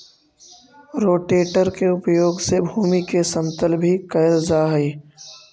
rotator के उपयोग से भूमि के समतल भी कैल जा हई